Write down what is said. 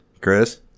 Chris